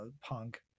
Punk